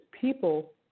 people